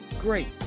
great